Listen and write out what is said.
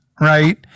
right